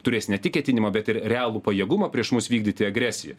turės ne tik ketinimą bet ir realų pajėgumą prieš mus vykdyti agresiją